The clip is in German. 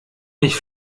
mich